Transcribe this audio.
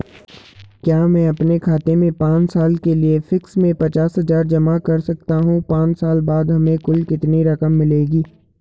क्या मैं अपने खाते में पांच साल के लिए फिक्स में पचास हज़ार जमा कर सकता हूँ पांच साल बाद हमें कुल कितनी रकम मिलेगी?